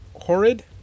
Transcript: Horrid